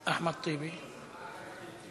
אחמד טיבי,